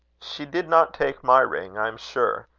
she did not take my ring, i am sure.